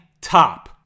top